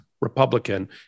Republican